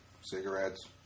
cigarettes